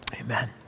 amen